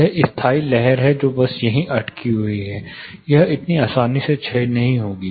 एक स्थायी लहर है जो बस यहीं अटकी हुई है यह इतनी आसानी से क्षय नहीं होगी